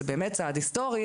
זה באמת צעד היסטורי,